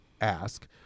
ask